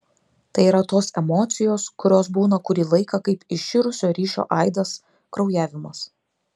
tai yra tos emocijos kurios būna kurį laiką kaip iširusio ryšio aidas kraujavimas